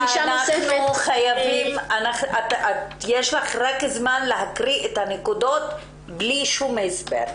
יש לך זמן רק לקרוא את הנקודות בלי הסברים,